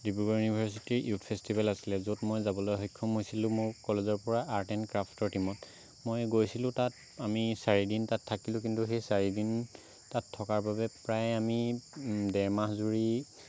ডিব্ৰুগড় ইউনিভাৰ্চিটিৰ youth festival আছিলে য'ত মই যাবলৈ সক্ষম হৈছিলো মোৰ কলেজৰ পৰা আৰ্ট এণ্ড ক্ৰাফ্টৰ টিমত মই গৈছিলো তাত আমি চাৰিদিন তাত থাকিলো কিন্তু সেই চাৰি দিন তাত থকাৰ বাবে প্ৰায় আমি ডেৰ মাহ জুৰি